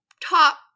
top